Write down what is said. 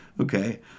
okay